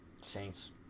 Saints